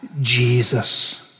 Jesus